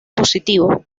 positivo